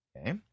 Okay